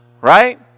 right